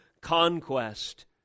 conquest